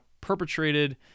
perpetrated